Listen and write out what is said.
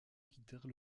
quittèrent